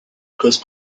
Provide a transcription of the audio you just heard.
cause